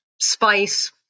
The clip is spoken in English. spice